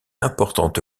importante